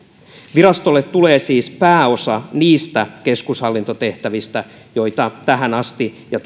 virastolle tulee siis pääosa niistä keskushallintotehtävistä joita tähän asti ja